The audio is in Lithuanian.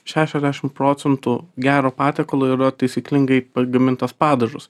šešiasdešimt procentų gero patiekalo yra taisyklingai pagamintas padažas